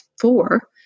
four